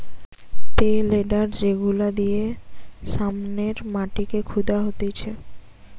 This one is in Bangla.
পে লোডার যেগুলা দিয়ে সামনের মাটিকে খুদা হতিছে